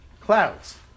clouds